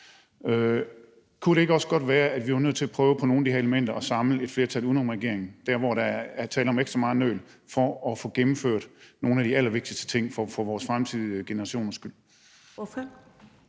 Kunne det ikke også godt være, at vi var nødt til at prøve at samle et flertal uden om regeringen i forhold til nogle af de her elementer, altså dér, hvor der er tale om ekstra meget nøl, for at få gennemført nogle af de allervigtigste ting for fremtidige generationers skyld?